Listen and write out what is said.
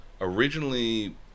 Originally